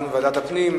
דיון בוועדת הפנים,